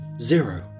Zero